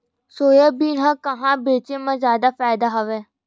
Soybean ल कहां बेचे म जादा फ़ायदा हवय?